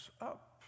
up